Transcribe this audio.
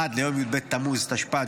עד ליום י"ב בתמוז התשפ"ד,